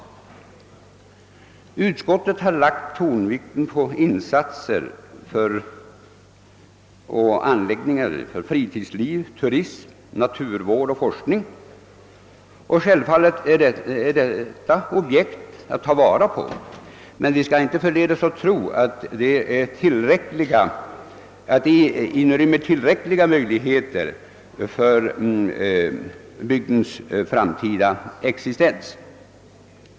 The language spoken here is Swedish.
Utskottet har lagt tonvikten på insatser dels för anläggningar för friluftsliv och turism, dels för naturvård och forskning. Självfallet är dessa objekt värda att ta till vara, men vi skall inte förledas att tro att de inrymmer tillräckliga möjligheter för att trygga bygdens framtida existens.